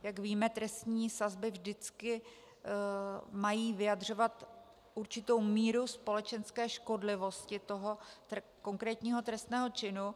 Jak víme, trestní sazby vždycky mají vyjadřovat určitou míru společenské škodlivosti konkrétního trestného činu.